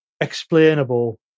explainable